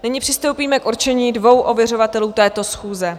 Nyní přistoupíme k určení dvou ověřovatelů této schůze.